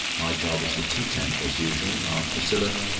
my job is the tea tent, as usual, aunt priscilla.